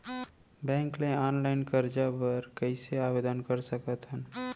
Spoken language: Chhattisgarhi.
बैंक ले ऑनलाइन करजा बर कइसे आवेदन कर सकथन?